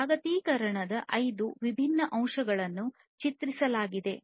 ಜಾಗತೀಕರಣದ ಐದು ವಿಭಿನ್ನ ಅಂಶಗಳನ್ನು ಚಿತ್ರಿಸಲಾಗಿದೆ